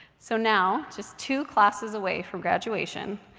so now, just two classes away from graduation,